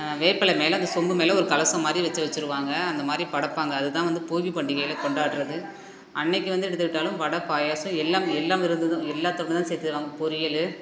வேப்பிலை மேலே அந்த சோம்பு மேலே ஒரு கலசம் மாதிரி வெச்சு வெச்சுருவாங்க அந்த மாதிரி படைப்பாங்க அது தான் வந்து போகி பண்டிகைளை கொண்டாடுவது அன்றைக்கி வந்து எடுத்துக்கிட்டாலும் வடை பாயாசம் எல்லாம் எல்லாம் எல்லாத்துக்கும் தான் சேர்த்து தருவாங்க பொரியல்